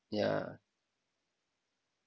yeah